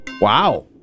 Wow